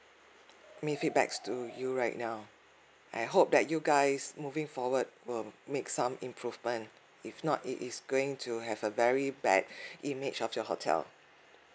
make feedbacks to you right now I hope that you guys moving forward will make some improvement if not it is going to have a very bad image of your hotel